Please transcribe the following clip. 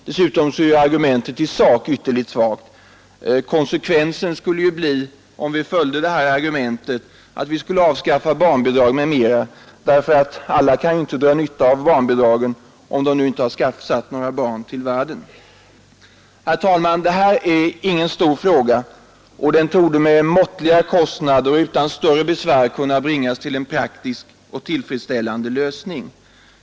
Dessutom är argumentet i sak ytterligt svagt. Konsekvensen skulle ju bli, om vi följde det, att vi skulle avskaffa barnbidrag m.m. Alla kan ju inte dra nytta av barnbidragen om de nu inte har satt några barn till världen. Herr talman! Det här är ingen stor fråga, och den torde med måttliga kostnader och utan större besvär kunna bringas till en praktisk och tillfredsställande lösning.